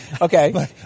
Okay